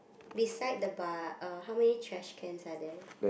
beside the bar uh how many trash cans are there